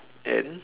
and